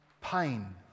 pain